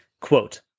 Quote